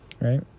right